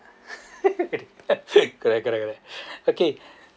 correct correct correct okay